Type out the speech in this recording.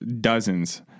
dozens